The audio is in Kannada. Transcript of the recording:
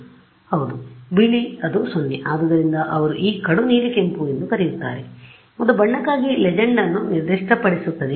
ಹೌದು ಬಿಳಿ ಅದು 0 ಆದ್ದರಿಂದ ಅವರು ಈ ಕಡು ನೀಲಿ ಕೆಂಪು ಎಂದು ಕರೆಯುತ್ತಾರೆ ಅದು ಬಣ್ಣಕ್ಕಾಗಿ ಲೆಜೆಂಡ್ ನ್ನು ನಿರ್ದಿಷ್ಟಪಡಿಸುತ್ತದೆ